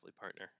partner